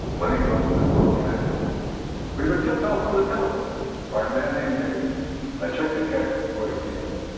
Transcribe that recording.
when these officers called me i wouldn't believe we were tipped off on the telephone right that name taken so i took the case before you came in.